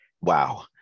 Wow